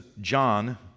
John